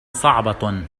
صعبة